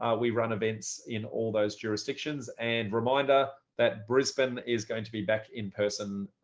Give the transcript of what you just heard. we run events in all those jurisdictions and reminder that brisbane is going to be back in person.